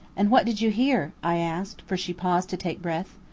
and what did you hear? i asked, for she paused to take breath.